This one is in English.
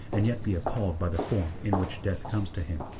and yet be appalled by the form in which death comes to him.